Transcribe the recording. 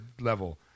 level